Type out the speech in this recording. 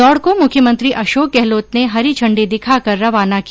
दौड़ को मुख्यमंत्री अशोक गहलोत ने हरी झंडी दिखाकर रवाना किया